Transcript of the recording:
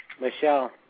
Michelle